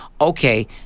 okay